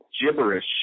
gibberish